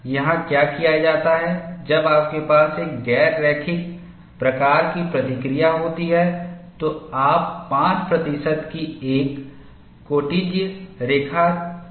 यहां क्या किया जाता है जब आपके पास एक गैर रैखिक प्रकार की प्रतिक्रिया होती है तो आप 5 प्रतिशत की एक कोटिज्या रेखा खींचते हैं